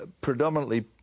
predominantly